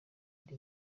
ndi